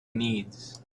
needs